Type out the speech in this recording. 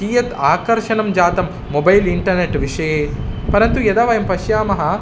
कियद् आकर्षणं जातं मोबैल् इन्टर्नेट् विषये परन्तु यदा वयं पश्यामः